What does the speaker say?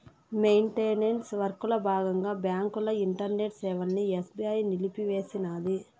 maintenance వర్కల బాగంగా బాంకుల ఇంటర్నెట్ సేవలని ఎస్బీఐ నిలిపేసినాది